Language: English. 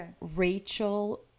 rachel